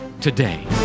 today